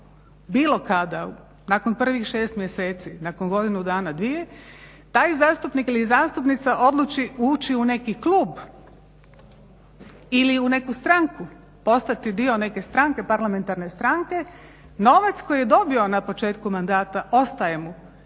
bilo kada, nakon prvih 6 mjeseci, nakon godinu dana, dvije, taj zastupnik ili zastupnica odluči ući u neki klub ili u neku stranku, postati dio neke stranke, parlamentarne stranke, novac koji je dobio na početku mandata ostaje mu,